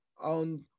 on